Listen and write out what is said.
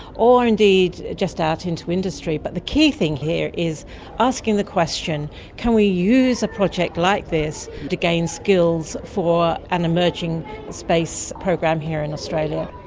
or indeed just out into industry. but the key thing here is asking the question can we use a project like this to gain skills for an emerging space program here in australia?